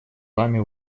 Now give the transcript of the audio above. вами